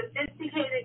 sophisticated